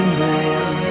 man